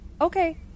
Okay